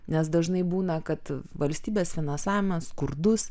nes dažnai būna kad valstybės finansavimas skurdus